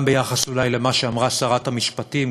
אולי גם ביחס למה שכתבה שרת המשפטים,